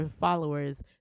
followers